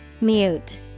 Mute